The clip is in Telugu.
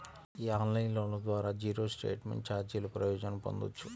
ఈ ఆన్లైన్ లోన్ల ద్వారా జీరో స్టేట్మెంట్ ఛార్జీల ప్రయోజనం పొందొచ్చు